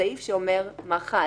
בסעיף שאומר מה חל.